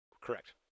Correct